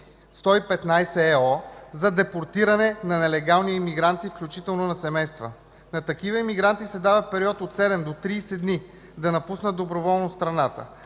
2008/115/ЕО за депортиране на нелегални имигранти, включително на семейства. На такива имигранти се дава период от 7 до 30 дни да напуснат доброволно страната.